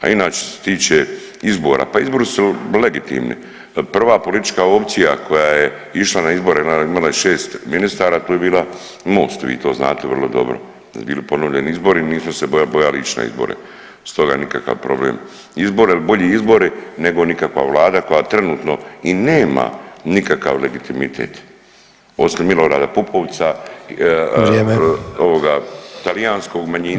A inače što se tiče izbora, pa izbori su legitimni, prva politička opcija koja je išla na izbore imala je 6 ministara, to je bila Most, vi to znate vrlo dobro da su bili ponovljeni izbori, nismo se bojali ić na izbore, stoga nikakav problem izbora jel bolji izbori nego nikakva vlada koja trenutno i nema nikakav legitimitet osim Milorada Pupovca [[Upadica: Vrijeme]] ovoga talijanskog manjinca i tako.